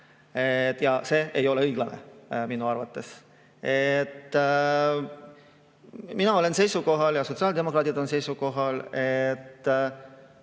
Ja see ei ole õiglane minu arvates. Mina olen seisukohal ja [üldse] sotsiaaldemokraadid on seisukohal,